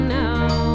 now